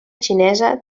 xinesa